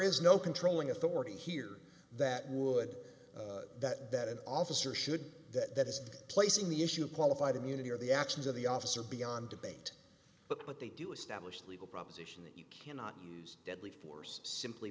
is no controlling authority here that would that that an officer should that is placing the issue qualified immunity or the actions of the officer beyond debate but what they do establish legal proposition that you cannot use deadly force simply